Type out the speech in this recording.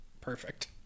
perfect